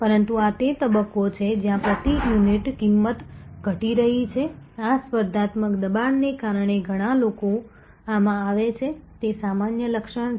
પરંતુ આ તે તબક્કો છે જ્યાં પ્રતિ યુનિટ કિંમત ઘટી રહી છે આ સ્પર્ધાત્મક દબાણને કારણે ઘણા લોકો આમાં આવે છે તે સામાન્ય લક્ષણ છે